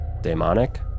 Demonic